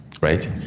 right